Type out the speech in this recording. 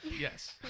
Yes